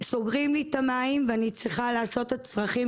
שסוגרים לי את המים ואני צריכה לעשות את הצרכים